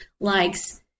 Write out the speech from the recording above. likes